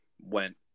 went